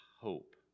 hope